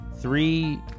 three